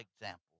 example